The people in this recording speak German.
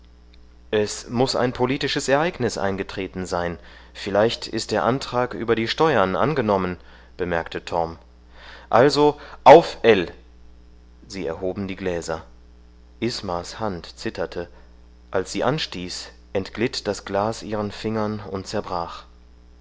es muß ein politisches ereignis eingetreten sein vielleicht ist der antrag über die steuern angenommen bemerkte torm also auf ell sie erhoben die gläser ismas hand zitterte als sie anstieß entglitt das glas ihren fingern und zerbrach